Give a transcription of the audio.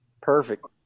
Perfect